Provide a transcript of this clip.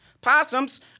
Possums